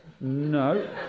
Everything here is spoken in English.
No